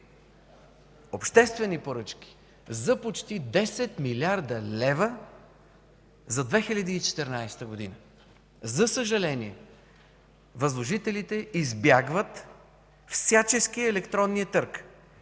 обществени поръчки за почти 10 млрд. лв. за 2014 г. За съжаление, възложителите избягват всячески електронния търг,